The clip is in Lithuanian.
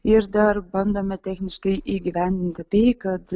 ir dar bandome techniškai įgyvendinti tai kad